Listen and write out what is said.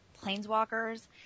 planeswalkers